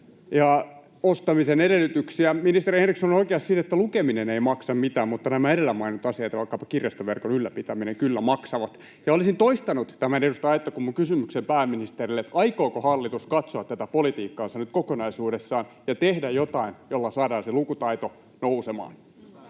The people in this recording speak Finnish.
ja ostamisen edellytyksiä. Ministeri Henriksson on oikeassa siinä, että lukeminen ei maksa mitään — mutta nämä edellä mainitut asiat, vaikkapa kirjastoverkon ylläpitäminen, kyllä maksavat. Olisin toistanut tämän edustaja Aittakummun kysymyksen pääministerille: aikooko hallitus katsoa tätä politiikkaansa nyt kokonaisuudessaan ja tehdä jotain, jolla saadaan se lukutaito nousemaan?